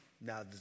Now